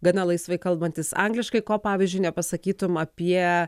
gana laisvai kalbantis angliškai ko pavyzdžiui nepasakytum apie